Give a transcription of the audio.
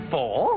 Four